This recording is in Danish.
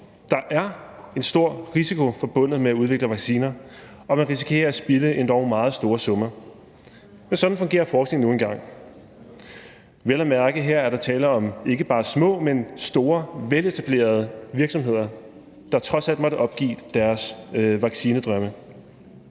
Der er en stor risiko forbundet med at udvikle vacciner, og man risikerer at spilde endog meget store summer, men sådan fungerer forskning nu engang. Vel at mærke er der her tale om ikke bare små, men store, veletablerede virksomheder, der trods alt måtte opgive deres vaccinedrømme.